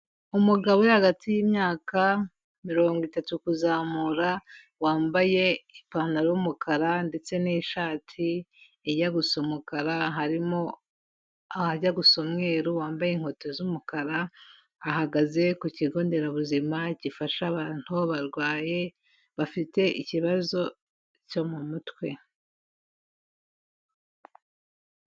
Umugabo uri hagati y'imyaka mirongo itatu kuzamura, wambaye ipantaro y'umukara ndetse n'ishati ijya gusa umukara harimo ahajya gusa umweru, wambaye inkweto z'umukara, ahagaze ku kigo nderabuzima gifasha abantu barwaye bafite ikibazo cyo mu mutwe.